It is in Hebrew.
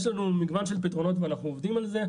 יש לנו מגוון של פתרונות ואנחנו עובדים על זה,